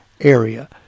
Area